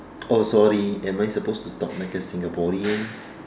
oh sorry am I supposed to talk like a Singaporean